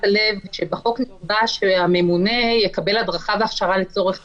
הלב שבחוק נקבע שהממונה יקבל הדרכה והכשרה לצורך תפקידו.